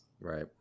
Right